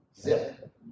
Zip